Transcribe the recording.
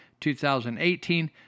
2018